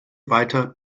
weiter